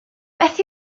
beth